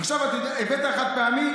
עכשיו הבאת חד-פעמי,